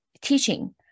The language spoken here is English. teaching